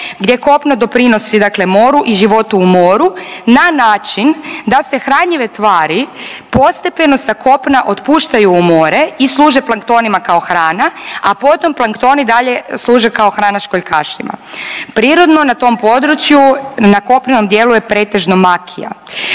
gdje kopno doprinosi dakle moru i životu u moru na način da se hranjive tvari postepeno sa kopna otpuštaju u more i služe planktonima kao hrana, a potom planktoni dalje služe kao hrana školjkašima. Prirodno na tom području na kopnenom dijelu je pretežno makija,